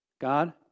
God